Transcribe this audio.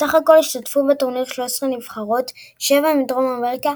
בסך הכל השתתפו בטורניר 13 נבחרות שבע מדרום אמריקה,